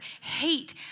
hate